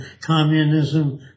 communism